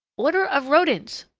order of rodents,